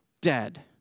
dead